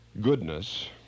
Goodness